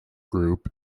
group